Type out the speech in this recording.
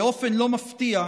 באופן לא מפתיע,